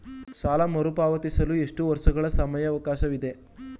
ಸಾಲ ಮರುಪಾವತಿಸಲು ಎಷ್ಟು ವರ್ಷಗಳ ಸಮಯಾವಕಾಶವಿದೆ?